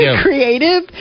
creative